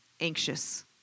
anxious